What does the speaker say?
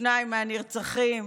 שניים מהנרצחים.